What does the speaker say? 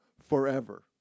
forever